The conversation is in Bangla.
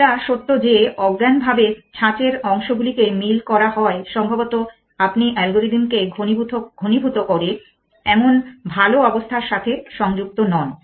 এটা সত্য যে অজ্ঞানভাবে ছাঁচের অংশগুলিকে মিল করা হয় সম্ভবত আপনি অ্যালগরিদমকে ঘনীভূত করে এমন ভাল অবস্থার সাথে সংযুক্ত নন